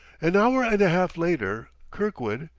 an hour and a half later kirkwood,